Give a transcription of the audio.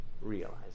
realize